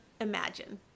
imagine